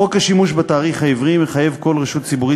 חוק השימוש בתאריך העברי מחייב כל רשות ציבורית